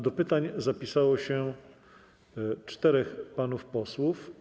Do pytań zapisało się czterech panów posłów.